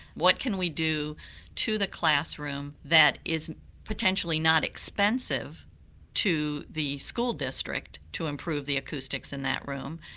what can we do to the classroom that is potentially not expensive to the school district to improve the acoustics in that room,